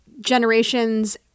generations